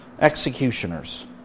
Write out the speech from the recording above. executioners